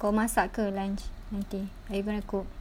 kau masak ke lunch nanti are you gonna cook